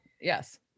yes